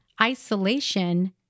isolation